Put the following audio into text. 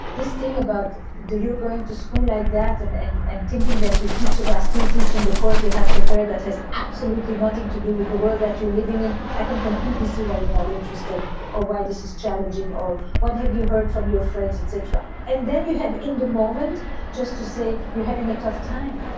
this thing about you're going to school like that and and and thinking that your teachers are still teaching the course they had prepared. that has absolutely nothing to do with the world that you're living in. i can completely see why you're not interested or why this is challenging or what have you heard from your friends, etc. and then you have in the moment just to say, ok, you're having a tough time,